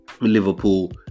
Liverpool